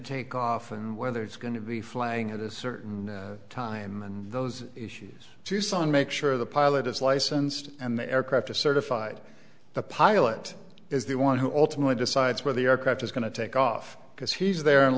take off and whether it's going to be flying at a certain time and those issues to sign make sure the pilot is licensed and the aircraft are certified the pilot is the one who ultimately decides where the aircraft is going to take off because he's there